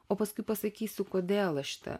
o paskui pasakysiu kodėl aš šitą